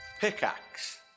Pickaxe